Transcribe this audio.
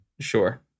Sure